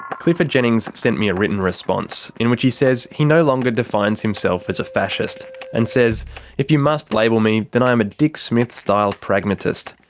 clifford jennings sent me a written response in which he says he no longer defines himself as a fascist and says if you must label me then i am a dick smith-style pragmatist.